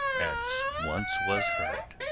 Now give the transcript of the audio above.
as once was heard.